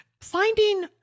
finding